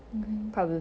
mmhmm